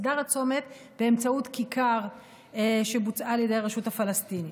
באמצעות כיכר שבוצעה על ידי הרשות הפלסטינית.